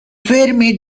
fermi